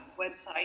website